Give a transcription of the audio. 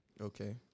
Okay